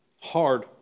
Hard